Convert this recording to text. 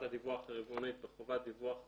הדיווח הרבעונית בחובת דיווח חצי-שנתית.